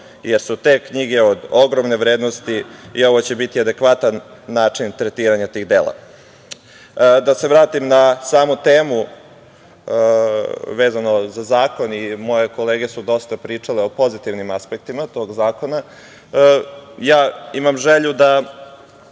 jer su te knjige od ogromne vrednosti i ovo će biti adekvatan način tretiranja tih dela. Da se vratim na samu temu vezano za zakon i moje kolege su dosta pričale o pozitivnim aspektima od zakona. Ja imam želju da